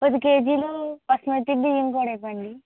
పది కేజీలు బాసుమతి బియ్యం కూడా ఇవ్వండి